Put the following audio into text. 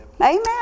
Amen